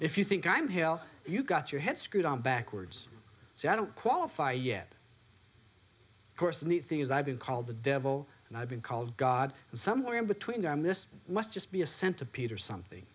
if you think i'm hell you've got your head screwed on backwards so i don't qualify yet course the neat thing is i've been called the devil and i've been called god and somewhere in between them this must just be a centipede or something